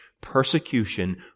persecution